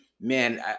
Man